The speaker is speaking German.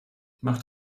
macht